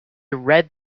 read